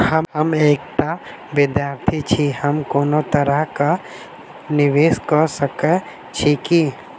हम एकटा विधार्थी छी, हम कोनो तरह कऽ निवेश कऽ सकय छी की?